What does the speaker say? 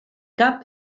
cap